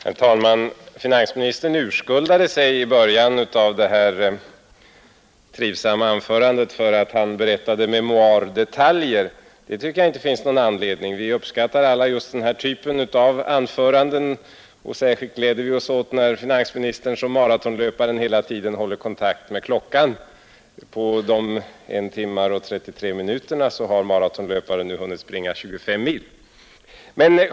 Herr talman! Finansministern urskuldade sig i början av sitt trivsamma anförande för att han berättade memoardetaljer. Det tycker jag inte att det finns någon anledning till. Vi uppskattar alla denna typ av anföranden, och särskilt gläder vi oss när finansministern liksom maratonlöparen hela tiden håller kontakt med klockan. På den tid av I timme och 33 minuter som åtgått för hans anförande hinner maratonlöparen springa 25 kilometer.